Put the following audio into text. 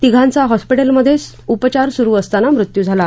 तिघांचा हॉस्पीटलमध्ये उपचार सुरु असताना मृत्यू झाला